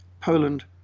Poland